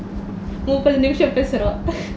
முப்பது நிமிஷம் பேசுரோம்:muppathu nimisham pesurom